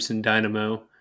dynamo